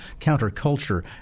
counterculture